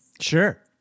Sure